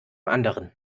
anderen